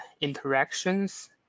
interactions